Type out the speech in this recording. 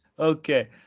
Okay